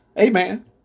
Amen